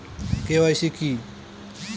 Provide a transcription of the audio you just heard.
KYC কি?